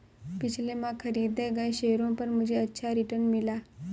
पिछले माह खरीदे गए शेयरों पर मुझे अच्छा रिटर्न मिला